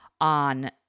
on